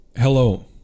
Hello